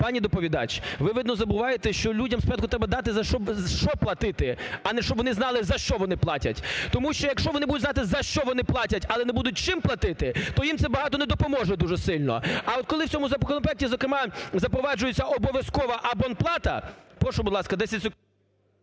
Пані доповідач, ви, видно, забуваєте, що людям спочатку треба дати що платити, а не щоб вони знали, за що вони платять, тому що якщо вони будуть знати за що вони платять, але не буде чим платити, то їм це багато не допоможе дуже сильно. А от коли в цьому законопроекті зокрема запроваджується обов'язкова абонплата… Прошу, будь ласка, 10 секунд.